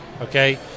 Okay